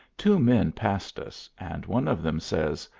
two men passed us, and one of them says,